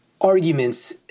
arguments